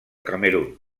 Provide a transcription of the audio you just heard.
camerun